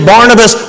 Barnabas